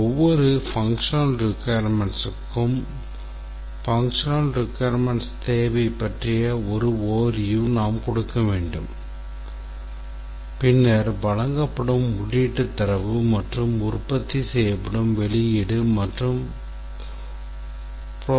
ஒவ்வொரு செயல்பாட்டுத் தேவைக்கும் செயல்பாட்டுத் தேவை பற்றிய ஒரு overview நாம் கொடுக்க வேண்டும் பின்னர் வழங்கப்படும் உள்ளீட்டுத் தரவு மற்றும் உற்பத்தி செய்யப்படும் வெளியீடு மற்றும் procession